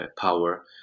power